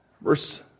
Verse